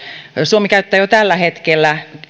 suomi käyttää jo tällä hetkellä